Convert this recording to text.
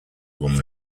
woman